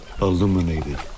illuminated